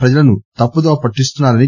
ప్రజలను తప్పుదోవ పట్టిస్తున్నా రని